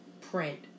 print